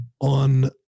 on